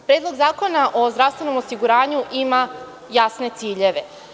Predlog zakona o zdravstvenom osiguranju ima jasne ciljeve.